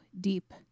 deep